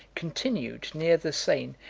continued, near the seine,